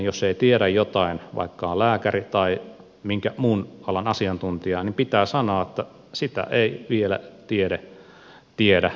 jos ei tiedä jotain vaikka on lääkäri tai minkä muun alan asiantuntija niin pitää sanoa että sitä ei vielä tiede tiedä eikä sitä tunneta